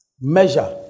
Measure